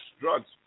drugs